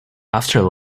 after